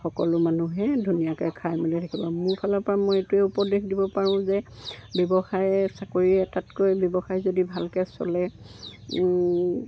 সকলো মানুহে ধুনীয়াকৈ খাই মেলি থাকিব মোৰ ফালৰ পৰা মই এইটোৱে উপদেশ দিব পাৰোঁ যে ব্যৱসায়ে চাকৰি এটাতকৈ ব্যৱসায় যদি ভালকৈ চলে